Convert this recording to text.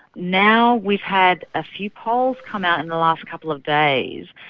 now we've had a few polls come out in the last couple of days,